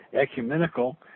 ecumenical